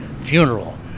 funeral